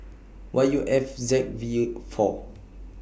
Y U F Z V four